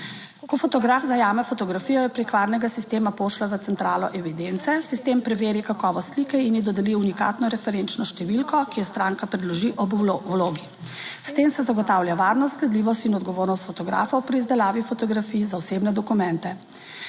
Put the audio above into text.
Ko fotograf zajame fotografijo, jo preko varnega sistema pošlje v centralo evidence. Sistem preveri kakovost slike in ji dodeli unikatno referenčno številko, ki jo stranka predloži ob vlogi. S tem se zagotavlja varnost, sledljivost in odgovornost fotografov pri izdelavi fotografij za osebne dokumente.